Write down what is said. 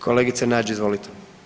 Kolegice Nađ, izvolite.